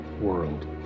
world